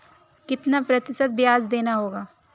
कितना प्रतिशत ब्याज देना होगा?